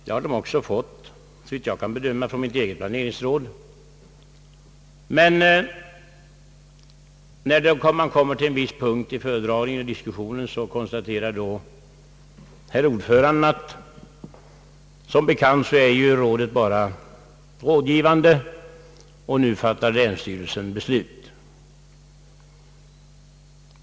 Det har de också fått, såvitt jag kan bedöma, från mitt eget planeringsråd, men när man kommer till en viss punkt på föredragningslistan i diskussionen konstaterar herr ordföranden att rådet som bekant bara är rådgivande och att länsstyrelsen nu fattar beslut.